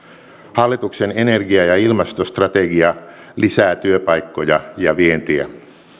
hallituksen energia ja ilmastostrategia lisää työpaikkoja ja vientiä